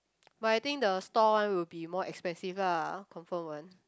but I think the store one will be more expensive lah confirm one